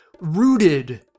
rooted